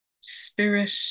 spirit